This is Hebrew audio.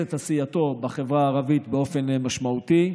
את עשייתו בחברה הערבית באופן משמעותי.